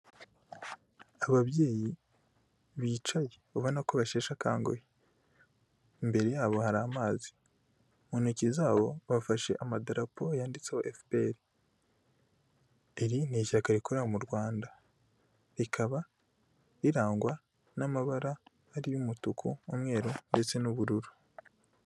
Ababyeyi bicaye ubona ko basheshe akanguhe, imbere yabo hari amazi, mu ntoki zabo bafashe amadarapo yanditseho efuperi; iri ni ishyaka rikorera mu Rwanda, rikaba rirangwa n'amabara ariyo: umutuku, umweru, ndetse n'ubururu.